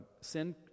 send